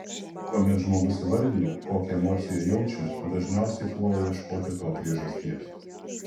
kuomet žmogus įvardija kokią emociją jaučia dažniausiai puola ieškoti to priežasties